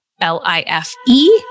L-I-F-E